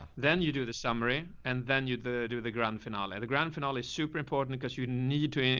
then you do the summary and then you the do the grand finale or the grand finale is super important cause you need to and